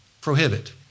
prohibit